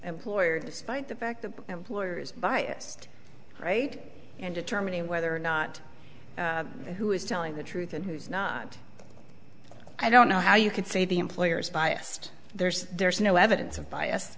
employer despite the fact the employer is biased right and determining whether or not who is telling the truth and who's not i don't know how you can say the employer is biased there's there's no evidence of bias